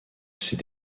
ses